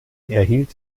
erhielt